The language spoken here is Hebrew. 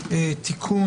(תיקון),